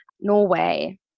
norway